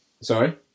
Sorry